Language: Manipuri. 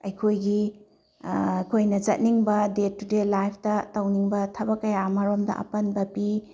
ꯑꯩꯈꯣꯏꯒꯤ ꯑꯩꯈꯣꯏꯅ ꯆꯠꯅꯤꯡꯕ ꯗꯦ ꯇꯨꯗꯦ ꯂꯥꯏꯐꯇ ꯇꯧꯅꯤꯡꯕ ꯊꯕꯛ ꯀꯌꯥ ꯑꯃꯔꯣꯝꯗ ꯑꯄꯟꯕ ꯄꯤ